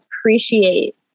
appreciate